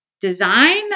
design